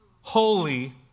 Holy